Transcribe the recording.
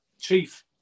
chief